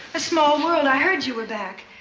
a small world. i heard you were back.